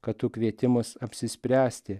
kad tu kvieti mus apsispręsti